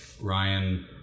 Ryan